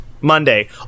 monday